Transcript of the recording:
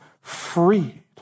freed